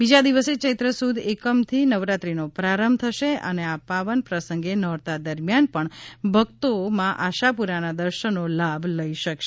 બીજા દિવસે ચૈત્ર સુદ એકમથી નવરાત્રીનો પ્રારંભ થશે અને આ પાવન પ્રસંગે નોરતા દરમ્યાન પણ ભક્તો માં આશાપુરાના દર્શનનો લાભ લઇ શકશે